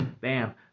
bam